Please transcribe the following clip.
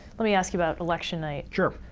let me ask you about election night. sure.